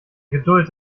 geduld